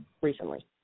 recently